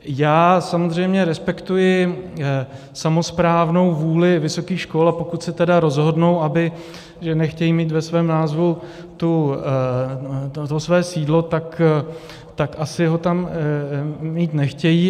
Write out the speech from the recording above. Já samozřejmě respektuji samosprávnou vůli vysokých škol, a pokud se tedy rozhodnou, že nechtějí mít ve svém názvu své sídlo, tak asi ho tam mít nechtějí.